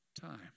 Time